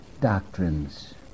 doctrines